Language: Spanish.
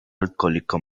alcohólico